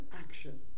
action